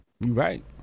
right